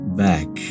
back